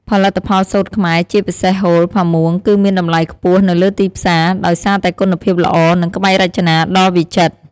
ផលិតផលសូត្រខ្មែរ ជាពិសេសហូល ផាមួង គឺមានតម្លៃខ្ពស់នៅលើទីផ្សារ ដោយសារតែគុណភាពល្អ និងក្បាច់រចនាដ៏វិចិត្រ។